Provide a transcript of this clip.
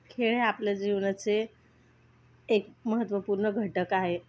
खेळ हा आपल्या जीवनाचा एक महत्त्वपूर्ण घटक आहे